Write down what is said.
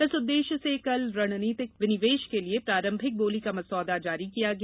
इस उद्देश्य से कल रणनीतिक विनिवेश के लिए प्रारंभिक बोली का मसौदा जारी किया गया